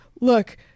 look